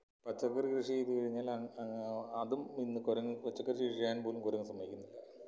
പച്ചക്കറി കൃഷി ചെയ്ത് കഴിഞ്ഞാൽ അതും ഇന്ന് കുരങ്ങ് പച്ചക്കറി കൃഷി ചെയ്യാൻ പോലും കുരങ്ങ് സമ്മതിക്കുന്നില്ല